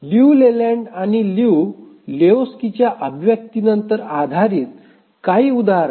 लिऊ Leland आणि Liu लेहोक्स्कीच्या अभिव्यक्त्यांवर आधारित काही उदाहरणे